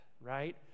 right